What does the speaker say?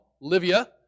Livia